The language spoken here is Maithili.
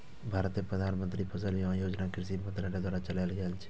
भारत मे प्रधानमंत्री फसल बीमा योजना कृषि मंत्रालय द्वारा चलाएल गेल छै